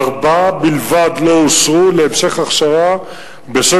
ארבעה בלבד לא אושרו להמשך הכשרה בשל